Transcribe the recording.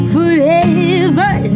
Forever